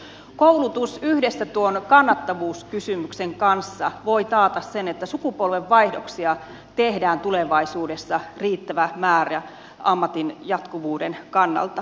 koulutus yhdessä tuon kannattavuuskysymyksen kanssa voi taata sen että sukupolvenvaihdoksia tehdään tulevaisuudessa riittävä määrä ammatin jatkuvuuden kannalta